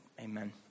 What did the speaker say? amen